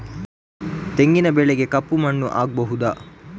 ತೆಂಗಿನ ಬೆಳೆಗೆ ಕಪ್ಪು ಮಣ್ಣು ಆಗ್ಬಹುದಾ?